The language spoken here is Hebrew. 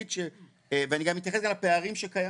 ואני אתייחס גם לפערים שקיימים.